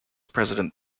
president